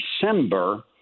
December